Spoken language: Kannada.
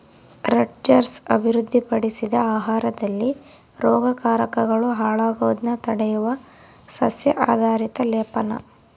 ರಟ್ಜರ್ಸ್ ಅಭಿವೃದ್ಧಿಪಡಿಸಿದ ಆಹಾರದಲ್ಲಿ ರೋಗಕಾರಕಗಳು ಹಾಳಾಗೋದ್ನ ತಡೆಯುವ ಸಸ್ಯ ಆಧಾರಿತ ಲೇಪನ